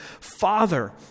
Father